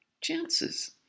chances